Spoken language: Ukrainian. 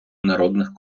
народних